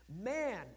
Man